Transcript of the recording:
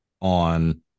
on